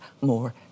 more